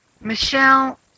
Michelle